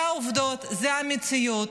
אלה העובדות, זו המציאות.